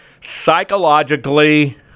psychologically